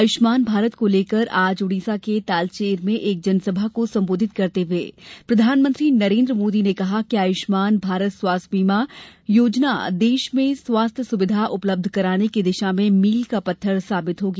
आयुष्मान भारत को लेकर आज उडीसा के तालचेर में एक जनसभा को संबोधित करते हुए प्रधानमंत्री नरेन्द्र मोदी ने कहा कि आयुष्मान भारत स्वास्थ्य बीमा योजना देश में स्वास्थ्य सुविधा उपलब्ध कराने की दिशा में मील का पत्थर साबित होगी